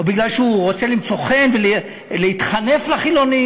או כי הוא רוצה למצוא חן ולהתחנף לחילונים.